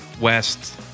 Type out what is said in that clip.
West